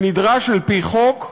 שנדרש על-פי חוק,